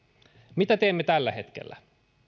mitä teemme tällä hetkellä